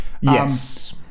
Yes